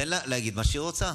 תן לה להגיד מה שהיא רוצה.